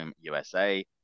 USA